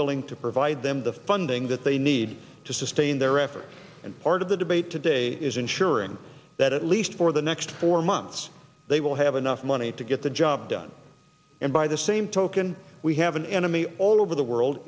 willing to provide them the funding that they need to sustain their effort and part of the debate today is ensuring that at least for the next four months they will have enough money to get the job done and by the same token we have an enemy all over the world